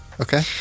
Okay